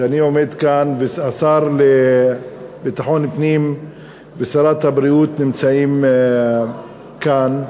כשאני עומד כאן והשר לביטחון פנים ושרת הבריאות נמצאים כאן,